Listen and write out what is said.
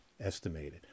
estimated